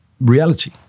reality